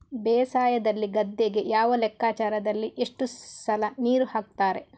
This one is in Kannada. ಬೇಸಾಯದಲ್ಲಿ ಗದ್ದೆಗೆ ಯಾವ ಲೆಕ್ಕಾಚಾರದಲ್ಲಿ ಎಷ್ಟು ಸಲ ನೀರು ಹಾಕ್ತರೆ?